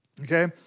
okay